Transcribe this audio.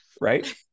right